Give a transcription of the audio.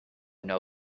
know